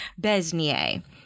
Besnier